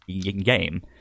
game